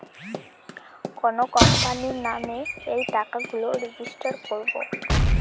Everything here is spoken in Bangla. কোনো কোম্পানির নামে এই টাকা গুলো রেজিস্টার করবো